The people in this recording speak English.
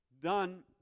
done